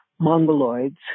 Mongoloids